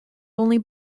only